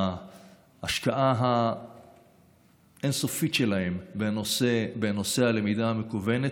בהשקעה האין-סופית שלהם בנושא הלמידה המקוונת,